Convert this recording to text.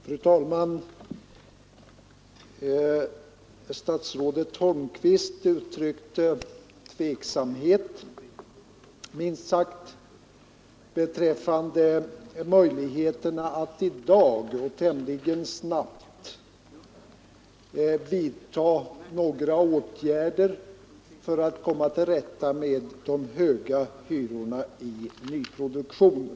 Fru talman! Statsrådet Holmqvist uttryckte tvivel, minst sagt, beträffande möjligheterna att tämligen snabbt vidta några åtgärder för att komma till rätta med de höga hyrorna i nyproduktionen.